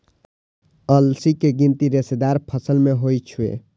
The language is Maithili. अलसी के गिनती रेशेदार फसल मे होइ छै